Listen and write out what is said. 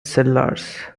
sellars